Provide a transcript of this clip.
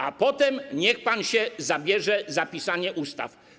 A potem niech pan się zabierze za pisanie ustaw.